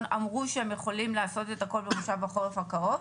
אמרו שהם יכולים לעשות את הכול במושב החורף הקרוב,